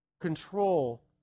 control